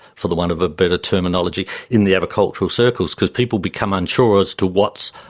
for the want of a better terminology, in the agricultural circles, because people become unsure as to what's